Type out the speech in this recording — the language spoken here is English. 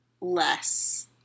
less